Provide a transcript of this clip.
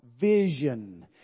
vision